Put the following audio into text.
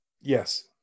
Yes